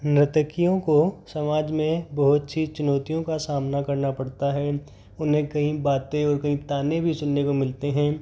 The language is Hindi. नर्तकियों को समाज में बहुत सी चुनौतियों का सामना करना पड़ता है उन्हें कई बातें और कई तानें भी सुनने को मिलते हैं